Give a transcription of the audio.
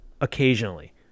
occasionally